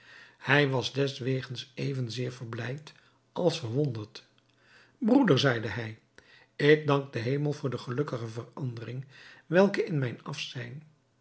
hij was deswegens evenzeer verblijd als verwonderd broeder zeide hij ik dank den hemel voor de gelukkige verandering welke in mijn afzijn